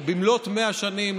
או במלאת 100 שנים,